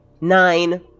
Nine